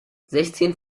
sechzehn